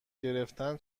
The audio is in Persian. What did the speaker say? گرفتن